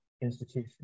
institution